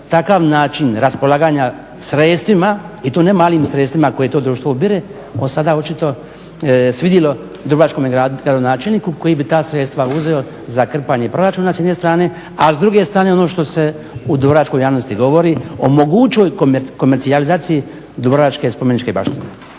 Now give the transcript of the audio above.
takav način raspolaganja sredstvima i to ne malim sredstvima koje to društvo ubire, sada očito svidjelo dubrovačkom gradonačelniku koji bi ta sredstva uzeo za krpanje proračuna s jedne strane, a s druge stran ono što se u dubrovačkoj javnosti govori, omogućuje komercijalizaciju dubrovačke spomeničke baštine.